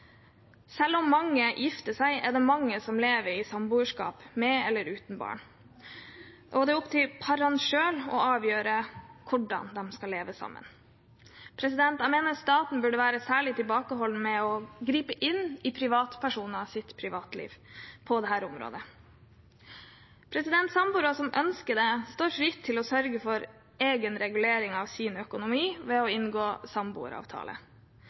Selv om mange gifter seg, er det mange som lever i samboerskap, med eller uten barn. Det er opp til parene selv å avgjøre hvordan de skal leve sammen, og jeg mener staten bør være særlig tilbakeholden med å gripe inn i privatpersoners privatliv på dette området. Samboere som ønsker det, står fritt til å sørge for egen regulering av sin økonomi ved å inngå en samboeravtale.